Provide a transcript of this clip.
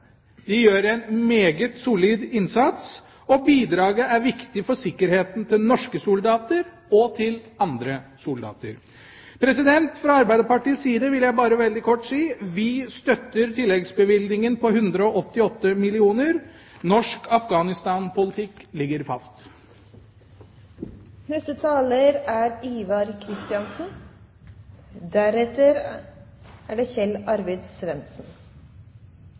De gjør en meget solid innsats, og bidraget er viktig for sikkerheten til norske soldater og til andre soldater. Fra Arbeiderpartiets side vil jeg bare veldig kort si: Vi støtter tilleggsbevilgningen på 188 mill. kr. Norsk Afghanistan-politikk ligger fast. Som det fremgår i proposisjonen, er